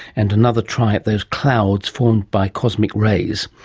and another try at those clouds formed by cosmic rays.